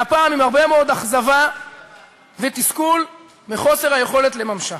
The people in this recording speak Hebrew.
והפעם עם הרבה מאוד אכזבה ותסכול מחוסר היכולת לממשה.